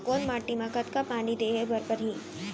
कोन माटी म कतका पानी देहे बर परहि?